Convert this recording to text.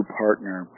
partner